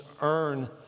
earn